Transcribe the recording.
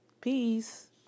Peace